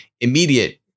immediate